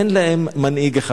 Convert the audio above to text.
אין להם מנהיג אחד.